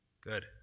Good